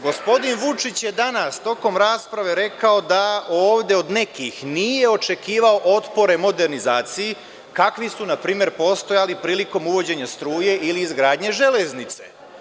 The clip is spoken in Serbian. Gospodin Vučić je danas tokom rasprave rekao da ovde od nekih nije očekivao otpore modernizaciji, kakvi su npr. postojali prilikom uvođenja struje ili izgradnje železnice.